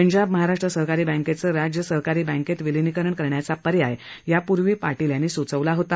पंजाब महाराष्ट्र सहकारी बँकेचं राज्य सहकारी बँकेत विलिनीकरण करण्याचा पर्याय यापूर्वी पाटील यांनी सुचवला होता